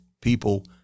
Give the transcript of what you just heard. people